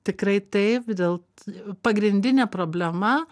tikrai taip dėl pagrindinė problema